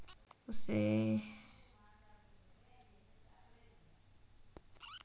రాజు aquaculture గురించి తెలుసుకోవానికి మంచి పుస్తకం కొన్నాను చదివి అన్ని తెలుసుకో బిడ్డా